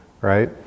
right